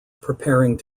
preparing